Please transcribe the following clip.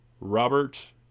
Robert